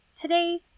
Today